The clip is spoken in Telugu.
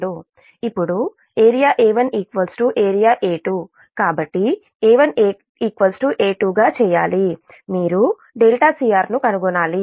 ఇప్పుడు ఏరియా A1 ఏరియా A2 కాబట్టి A1 A2 గా చేయాలి మీరు δcr ను కనుగొనాలి